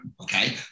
Okay